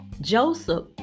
Joseph